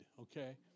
Okay